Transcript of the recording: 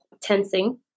tensing